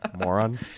Moron